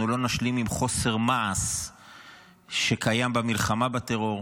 אנחנו לא נשלים עם חוסר מעש שקיים במלחמה בטרור.